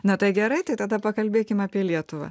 ne tai gerai tai tada pakalbėkim apie lietuvą